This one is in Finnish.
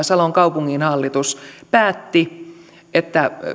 salon kaupunginhallitus päätti